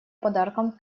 подарком